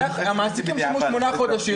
המעסיקים שילמו שמונה חודשים,